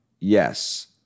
Yes